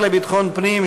השר לביטחון פנים,